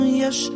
yes